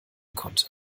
konnte